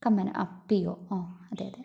കമ്മനം ആ പി ഒ ഓഹ് അതെ അതെ